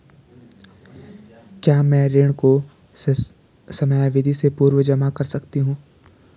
क्या मैं ऋण को समयावधि से पूर्व जमा कर सकती हूँ?